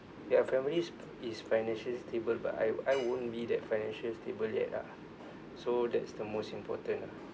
ya families is financially stable but I I won't be that financial stable yet ah so that's the most important ah